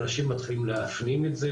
אנשים מתחילים להפנים את זה,